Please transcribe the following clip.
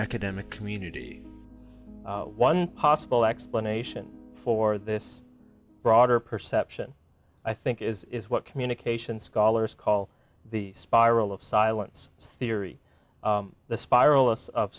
academic community one possible explanation for this broader perception i think is what communication scholars call the spiral of silence theory the spiral us of